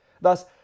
Thus